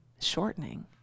shortening